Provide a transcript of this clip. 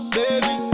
baby